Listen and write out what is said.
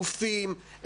גופים,